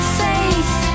faith